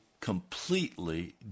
completely